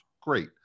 Great